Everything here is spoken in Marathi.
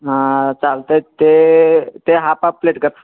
हां चालतंय ते ते हाफ हाफ प्लेट कर